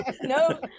No